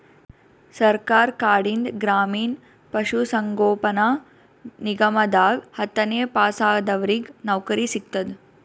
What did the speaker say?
ಸರ್ಕಾರ್ ಕಡೀನ್ದ್ ಗ್ರಾಮೀಣ್ ಪಶುಸಂಗೋಪನಾ ನಿಗಮದಾಗ್ ಹತ್ತನೇ ಪಾಸಾದವ್ರಿಗ್ ನೌಕರಿ ಸಿಗ್ತದ್